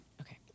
Okay